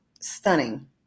stunning